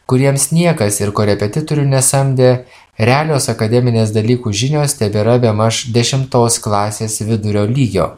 kuriems niekas ir korepetitorių nesamdė realios akademinės dalykų žinios tebėra bemaž dešimtos klasės vidurio lygio